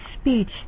speech